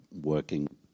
working